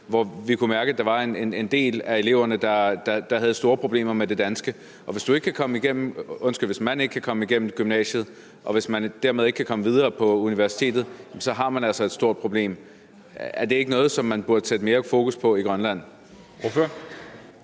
hvor vi kunne mærke, at der var en del af eleverne, der havde store problemer med det danske. Og hvis man ikke kan komme igennem gymnasiet og dermed ikke kan komme videre på universitetet, har man altså et stort problem. Er det ikke noget, som man burde sætte mere fokus på i Grønland?